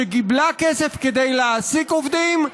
שקיבלה כסף כדי להעסיק עובדים,